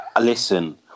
Listen